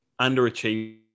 underachieved